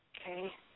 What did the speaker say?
Okay